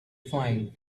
find